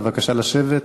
בבקשה לשבת.